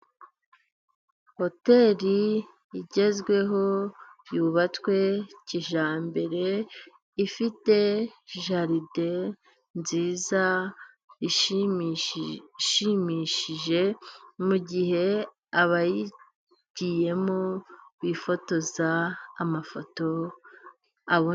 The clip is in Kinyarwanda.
Hoteli igezweho yubatswe kijyambere, ifite jaride nziza ishimishije mu gihe abayigiyemo bifotoza amafoto abo....